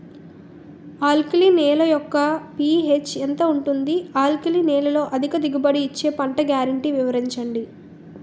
Alkali నేల యెక్క P H ఎంత ఉంటుంది? ఆల్కలి నేలలో అధిక దిగుబడి ఇచ్చే పంట గ్యారంటీ వివరించండి?